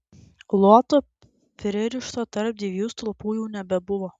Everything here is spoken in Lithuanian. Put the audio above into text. luoto pririšto tarp dviejų stulpų jau nebebuvo